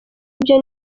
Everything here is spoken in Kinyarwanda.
ibyo